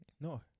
no